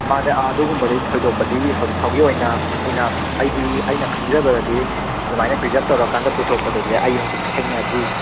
ꯃꯥꯗꯤ ꯑꯗꯨꯒꯨꯝꯕꯗꯤ ꯊꯣꯏꯗꯣꯛꯄꯗꯤ ꯍꯧꯖꯤꯛ ꯐꯥꯎꯒꯤ ꯑꯣꯏꯅ ꯑꯩꯅ ꯑꯩꯒꯤ ꯑꯩꯅ ꯈꯪꯖꯕꯗꯗꯤ ꯑꯗꯨꯃꯥꯏꯅ ꯄ꯭ꯔꯤꯖꯔꯞ ꯇꯧꯔꯀꯥꯟꯗ ꯄꯨꯊꯣꯛꯄꯗꯨꯗꯤ ꯑꯩ ꯍꯧꯖꯤꯛ ꯊꯦꯡꯅꯗ꯭ꯔꯤ